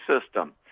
system